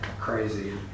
crazy